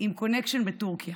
עם קונקשן בטורקיה.